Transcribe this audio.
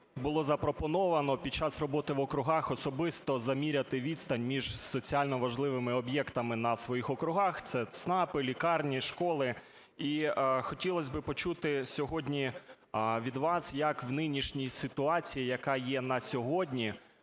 було запропоновано під час роботи в округах особисто заміряти відстань між соціально важливими об'єктами на своїх округах, це ЦНАПи, лікарні, школи. І хотілось би почути сьогодні від вас, як в нинішній ситуації, яка є на сьогодні,